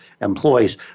employees